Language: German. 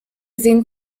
sehen